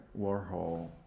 Warhol